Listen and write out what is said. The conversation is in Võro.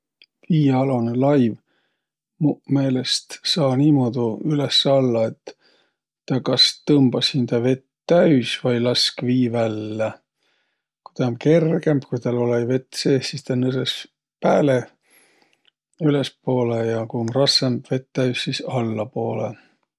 Viialonõ laiv muq meelest saa niimuudu üles-alla, et tä kas tõmbas hindä vett täüs vai lask vii vällä. Ku tä um kergemb, ku täl olõ-õi vett seeh, sis tä nõsõs pääle, ülespoolõ. Ja ku um rassõmb, vett täüs, sis allapoolõ.